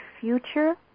future